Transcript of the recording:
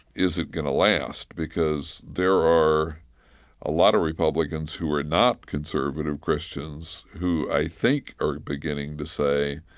is it going to last? because there are a lot of republicans who are not conservative christians who, i think, are beginning to say,